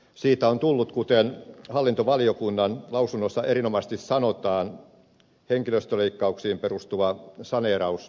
siitä on tullut kuten hallintovaliokunnan lausunnossa erinomaisesti sanotaan henkilöstöleikkauksiin perustuva saneerausohjelma